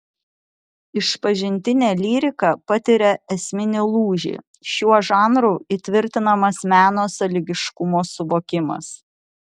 išpažintinė lyrika patiria esminį lūžį šiuo žanru įtvirtinamas meno sąlygiškumo suvokimas